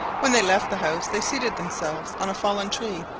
when they left the house they seated themselves on a fallen tree,